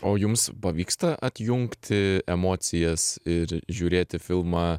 o jums pavyksta atjungti emocijas ir žiūrėti filmą